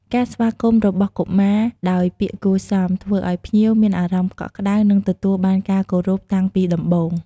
ការស្វាគមន៍របស់កុមារដោយពាក្យគួរសម ធ្វើឲ្យភ្ញៀវមានអារម្មណ៍កក់ក្តៅ និងទទួលបានការគោរពតាំងពីដំបូង។